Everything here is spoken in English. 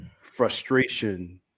frustration